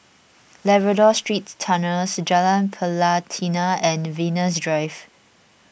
Labrador Secret Tunnels Jalan Pelatina and Venus Drive